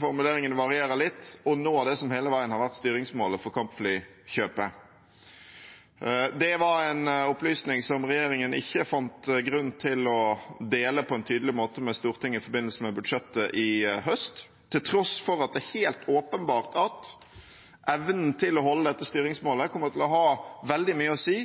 formuleringene varierer litt – å nå det som hele veien har vært styringsmålet for kampflykjøpet. Det var en opplysning som regjeringen ikke fant grunn til å dele på en tydelig måte med Stortinget i forbindelse med budsjettet i høst, til tross for at det er helt åpenbart at evnen til å holde dette styringsmålet kommer til å ha veldig mye å si